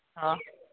हाँ